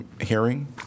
hearing